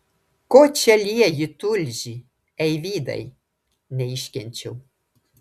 ko čia lieji tulžį eivydai neiškenčiau